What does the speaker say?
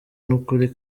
n’ukuri